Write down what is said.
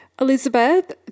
Elizabeth